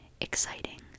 exciting